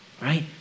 right